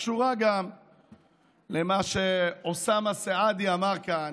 שקשורה גם למה שאוסאמה סעדי אמר כאן,